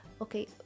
okay